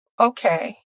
okay